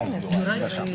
תתייחסו.